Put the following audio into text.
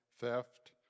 theft